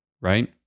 right